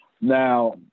now